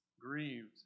grieved